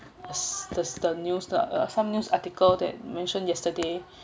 as the the news uh some news article that mentioned yesterday